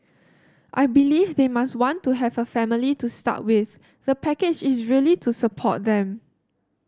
I believe they must want to have a family to start with the package is really to support them